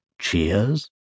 cheers